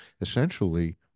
essentially